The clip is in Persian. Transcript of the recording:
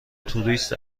توریست